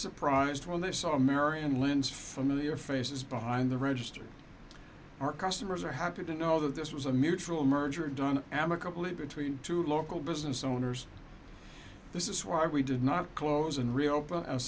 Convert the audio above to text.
surprised when they saw mary and lynn's familiar faces behind the register our customers are happy to know that this was a mutual merger done amicably between two local business owners this is why we did not close